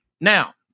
Now